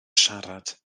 siarad